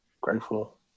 grateful